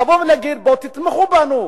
לבוא ולהגיד: בואו תתמכו בנו,